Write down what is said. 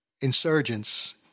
insurgents